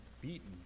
beaten